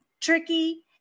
tricky